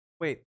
Wait